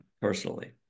personally